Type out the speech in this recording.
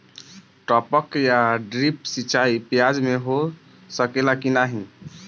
टपक या ड्रिप सिंचाई प्याज में हो सकेला की नाही?